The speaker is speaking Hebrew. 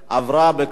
נתקבל.